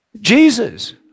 Jesus